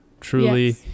truly